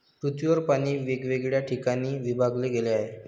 पृथ्वीवर पाणी वेगवेगळ्या ठिकाणी विभागले गेले आहे